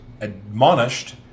admonished